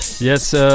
yes